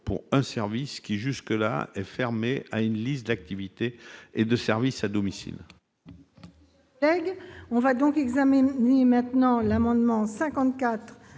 que le service était jusqu'à présent fermé à une liste d'activités et de services à domicile.